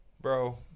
Bro